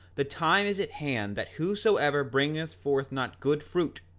the time is at hand that whosoever bringeth forth not good fruit,